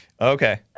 Okay